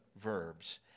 verbs